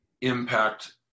impact